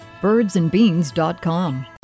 Birdsandbeans.com